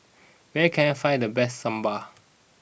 where can I find the best Sambar